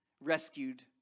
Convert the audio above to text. Rescued